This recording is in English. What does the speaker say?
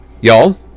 y'all